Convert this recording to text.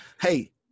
hey